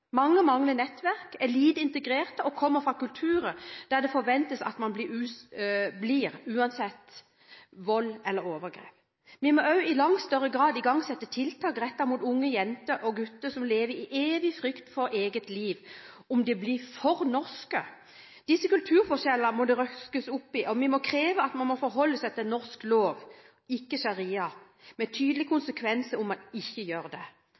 Mange mangler nettverk, er lite integrert og kommer fra kulturer der det forventes at man blir værende, uansett vold eller overgrep. Vi må også i langt større grad igangsette tiltak rettet mot unge jenter og gutter som lever i evig frykt for eget liv om de blir for norske. Disse kulturforskjellene må det røskes opp i, og vi må kreve at man må forholde seg til norsk lov, ikke sharia, og med tydelige konsekvenser om man ikke gjør det.